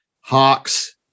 hawks